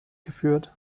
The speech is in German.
geführt